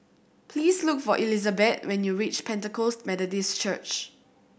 please look for Elizabet when you reach Pentecost Methodist Church